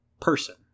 person